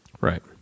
Right